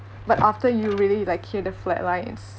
but after you really like hear the flat lines